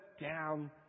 down